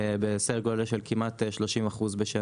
בסדר גודל של כמעט 30% בשנה.